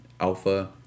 Alpha